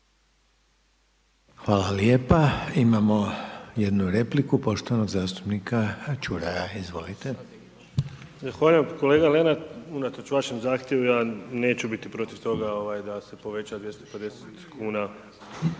Hvala lijepa. Imamo jednu repliku, poštovanog zastupnika Čuraja. Izvolite. **Čuraj, Stjepan (HNS)** Zahvaljujem kolega Lenart. Unatoč vašem zahtjevu ja neću biti protiv toga da se poveća 250 kuna